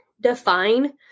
define